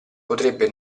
potrebbe